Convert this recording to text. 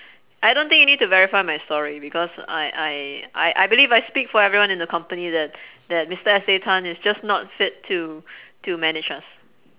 I don't think you need to verify my story because I I I I believe I speak for everyone in the company that that mister S A tan is just not fit to to manage us